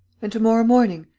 and, to-morrow morning.